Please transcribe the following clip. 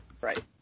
Right